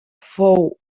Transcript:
fou